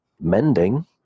mending